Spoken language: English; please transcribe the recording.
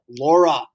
Laura